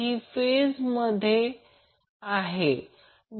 आता phase a साठी Ia 100 angle 0° 15 ते 6